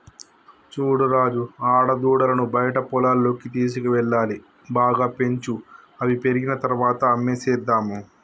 చూడు రాజు ఆడదూడలను బయట పొలాల్లోకి తీసుకువెళ్లాలి బాగా పెంచు అవి పెరిగిన తర్వాత అమ్మేసేద్దాము